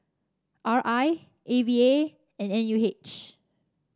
R I A V A and N U H